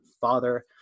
father